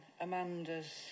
Amanda's